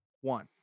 one